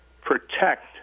protect